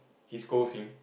he scolds him